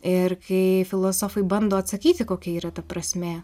ir kai filosofai bando atsakyti kokia yra ta prasmė